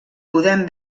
podem